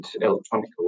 electronic